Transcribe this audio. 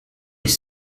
les